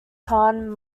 khan